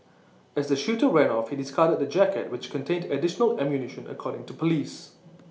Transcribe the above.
as the shooter ran off he discarded the jacket which contained additional ammunition according to Police